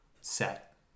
set